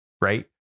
right